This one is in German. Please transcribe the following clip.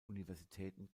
universitäten